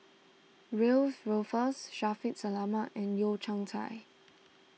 Wiebe Wolters Shaffiq Selamat and Yeo Kian Chai